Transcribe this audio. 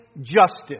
justice